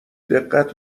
دقت